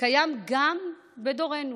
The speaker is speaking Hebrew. קיים גם בדורנו,